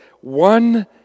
one